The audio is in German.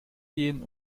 gehen